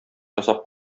ясап